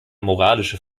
moralische